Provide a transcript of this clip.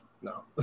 no